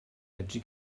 medru